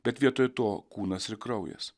bet vietoj to kūnas ir kraujas